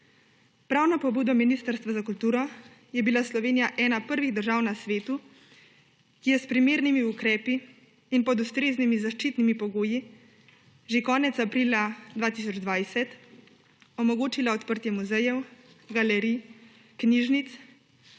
Prav na pobudo Ministrstva za kulturo je bila Slovenija ena prvih držav na svetu, ki je s primernimi ukrepi in pod ustreznimi zaščitnimi pogoji že konec aprila 2020 omogočila odprtje muzejev, galerij, knjižnic,